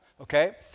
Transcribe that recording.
okay